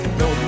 no